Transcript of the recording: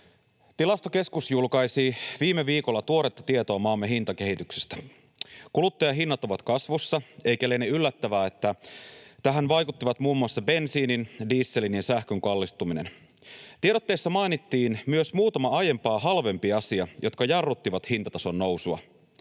Tilastokeskus julkaisi viime viikolla tuoretta tietoa maamme hintakehityksestä. Kuluttajahinnat ovat kasvussa, eikä liene yllättävää, että tähän vaikuttavat muun muassa bensiinin, dieselin ja sähkön kallistuminen. Tiedotteessa mainittiin myös muutama aiempaa halvempi asia, jotka jarruttivat hintatason nousua.